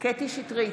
קטי קטרין שטרית,